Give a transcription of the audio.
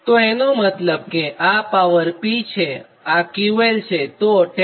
તોએનો મતલબ આ power P છેઆ QL છે